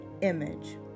image